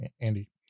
Andy